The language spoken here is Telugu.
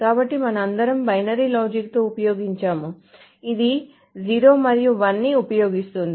కాబట్టి మనమందరం బైనరీ లాజిక్తో ఉపయోగించాము ఇది 0 మరియు 1 ని ఉపయోగిస్తోంది